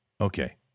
okay